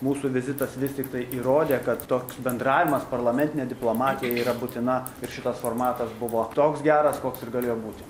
mūsų vizitas vis tiktai įrodė kad toks bendravimas parlamentinė diplomatija yra būtina ir šitas formatas buvo toks geras koks ir galėjo būti